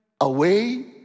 away